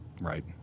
right